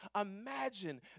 Imagine